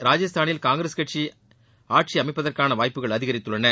ராஜஸ்தானில் காங்கிரஸ் ஆட்சி அமைப்பதற்கான வாய்ப்புகள் அதிகரித்துள்ளன